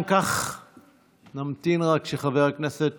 חברת הכנסת